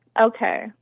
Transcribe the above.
Okay